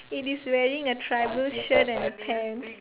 it is wearing a tribal shirt and a pants